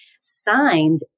signed